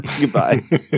Goodbye